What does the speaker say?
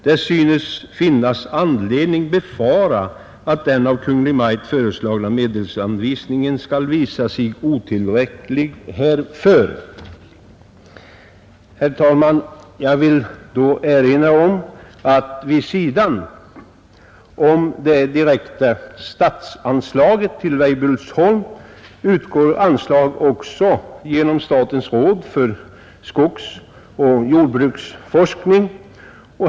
Det synes finnas anledning befara att den av Kungl. Maj:t föreslagna medelsanvisningen skall visa sig otillräcklig härför.” Herr talman! Jag vill erinra om att vid sidan om det direkta statsanslaget till Weibullsholm utgår anslag också genom statens råd för skogsbruksoch jordbruksforskning.